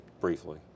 briefly